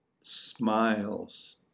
Smiles